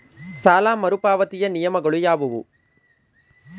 ಸಾಲ ಮರುಪಾವತಿಯ ನಿಯಮಗಳು ಯಾವುವು?